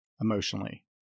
emotionally